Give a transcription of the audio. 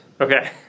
Okay